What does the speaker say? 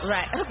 Right